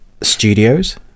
studios